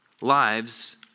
lives